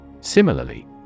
Similarly